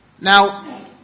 Now